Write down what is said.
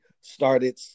started